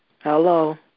Hello